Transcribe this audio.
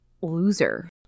loser